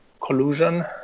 collusion